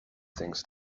things